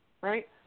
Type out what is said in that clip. right